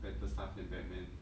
better stuff than batman